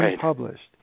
published